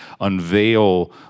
unveil